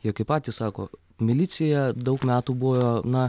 jie kaip patys sako milicija daug metų buvio na